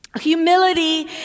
Humility